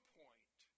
point